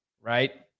right